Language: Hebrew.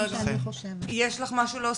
יש לך משהו להוסיף?